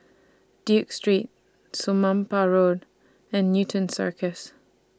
Duke Street Somapah Road and Newton Circus